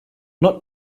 not